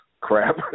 crap